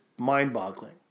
mind-boggling